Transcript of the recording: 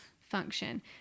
function